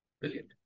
Brilliant